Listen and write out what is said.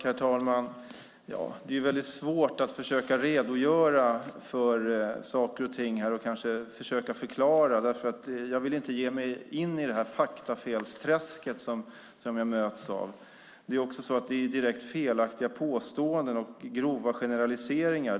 Herr talman! Det är mycket svårt att försöka redogöra för saker och ting här och försöka förklara. Jag vill inte ge mig in i detta faktafelsträsk som jag möts av. Det görs också direkt felaktiga påståenden och grova generaliseringar.